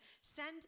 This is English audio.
send